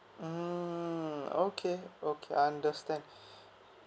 mmhmm okay okay understand